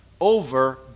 over